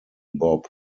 bob